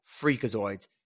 freakazoids